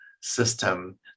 system